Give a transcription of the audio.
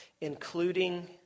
including